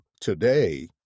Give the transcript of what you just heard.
today